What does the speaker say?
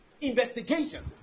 investigation